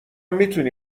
میتونی